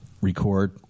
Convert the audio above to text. record